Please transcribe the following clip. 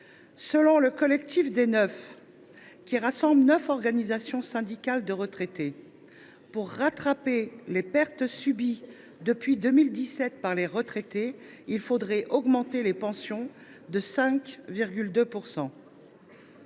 Selon le Groupe des neuf, qui rassemble neuf organisations syndicales de retraités, pour rattraper les pertes subies depuis 2017 par ces derniers, il faudrait augmenter les pensions de 5,2 %.